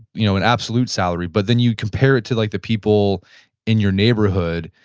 you know an absolute salary but then you compare it to like the people in your neighborhood,